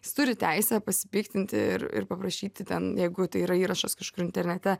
jis turi teisę pasipiktinti ir ir paprašyti ten jeigu tai yra įrašas kažkur internete